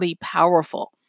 powerful